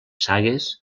sagues